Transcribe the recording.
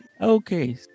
Okay